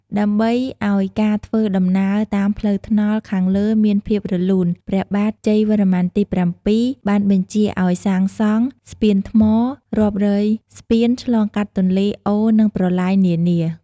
ដើម្បីឲ្យការធ្វើដំណើរតាមផ្លូវថ្នល់ខាងលើមានភាពរលូន ព្រះបាទជ័យវរ្ម័នទី៧ បានបញ្ជាឲ្យសាងសង់ ស្ពានថ្ម រាប់រយស្ពានឆ្លងកាត់ទន្លេ អូរ និងប្រឡាយនានា។